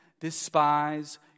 despise